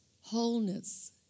wholeness